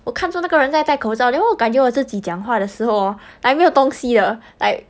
我看住那个人在戴口罩 then 我感觉我自己讲话的时候 orh like 没有东西的 like